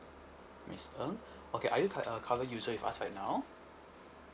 miss ng okay are you cu~ a current user with us right now